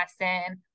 lesson